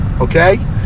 okay